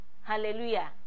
Hallelujah